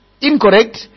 incorrect